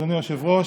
אדוני היושב-ראש,